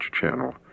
channel